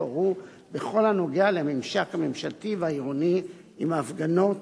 שהתעוררו בכל הנוגע לממשק הממשלתי והעירוני עם הפגנות,